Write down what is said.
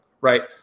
right